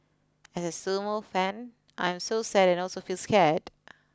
as sumo fan I'm so sad and also feel scared